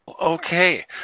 Okay